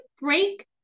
break